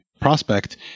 prospect